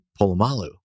Polamalu